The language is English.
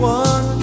one